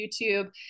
YouTube